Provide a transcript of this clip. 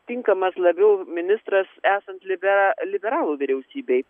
tinkamas labiau ministras esant libe liberalų vyriausybei